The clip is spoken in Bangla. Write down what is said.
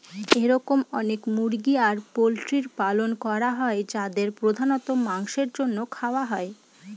এরকম অনেক মুরগি আর পোল্ট্রির পালন করা হয় যাদেরকে প্রধানত মাংসের জন্য খাওয়া হয়